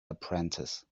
apprentice